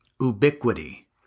Ubiquity